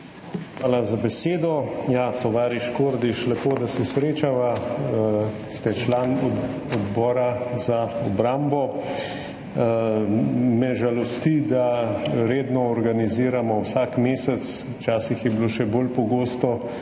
Hvala za besedo. Tovariš Kordiš, lepo, da se srečava. Ste član Odbora za obrambo. Me žalosti, da redno organiziramo vsak mesec, včasih je bilo še bolj pogosto,